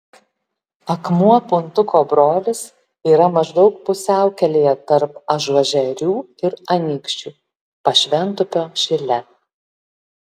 akmuo puntuko brolis yra maždaug pusiaukelėje tarp ažuožerių ir anykščių pašventupio šile